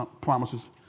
promises